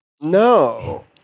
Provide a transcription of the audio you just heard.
No